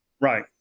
Right